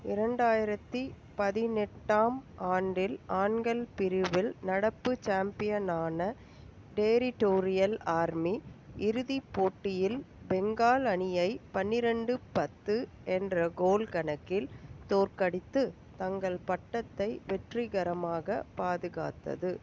இரண்டாயிரத்தி பதினெட்டாம் ஆண்டில் ஆண்கள் பிரிவில் நடப்பு சாம்பியனான டெரிட்டோரியல் ஆர்மி இறுதிப் போட்டியில் பெங்கால் அணியை பன்னிரண்டு பத்து என்ற கோல் கணக்கில் தோற்கடித்து தங்கள் பட்டத்தை வெற்றிகரமாக பாதுகாத்தது